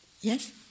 Yes